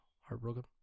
Heartbroken